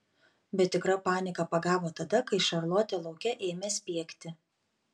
bet tikra panika pagavo tada kai šarlotė lauke ėmė spiegti